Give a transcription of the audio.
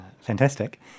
fantastic